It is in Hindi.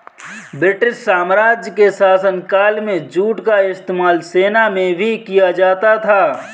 ब्रिटिश साम्राज्य के शासनकाल में जूट का इस्तेमाल सेना में भी किया जाता था